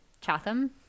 Chatham